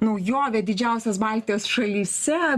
naujovė didžiausias baltijos šalyse